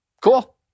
cool